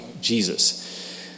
Jesus